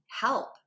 help